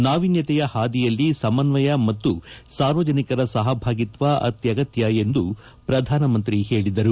ನಾವೀನ್ಗತೆಯ ಹಾದಿಯಲ್ಲಿ ಸಮನ್ನಯ ಮತ್ತು ಸಾರ್ವಜನಿಕರ ಸಹಭಾಗಿತ್ವ ಅತ್ಯಗತ್ತ ಎಂದು ಪ್ರಧಾನಮಂತ್ರಿ ಹೇಳಿದರು